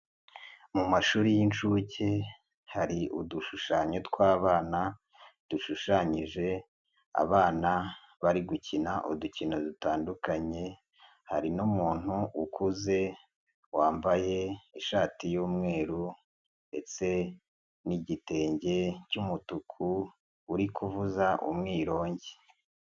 Mu mashuri y'incuke hari udushushanyo tw'abana dushushanyije, abana bari gukina udukino dutandukanye, hari n'umuntu ukuze wambaye ishati y'umweru, ndetse n'igitenge cy'umutuku uri kuvuza umwirongi.